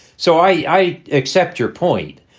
so i accept your point.